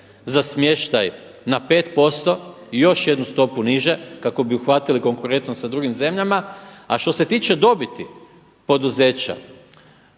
za smještaj na 5% i još jednu stopu niže kako bi uhvatili konkurentnost sa drugim zemljama. A što se tiče dobiti poduzeća